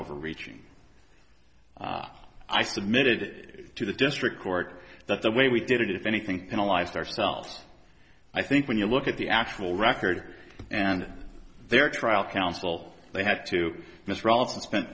overreaching i submitted it to the district court but the way we did it if anything penalize ourselves i think when you look at the actual record and their trial counsel they have to misrata spent